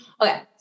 Okay